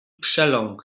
przeląkł